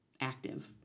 active